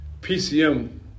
PCM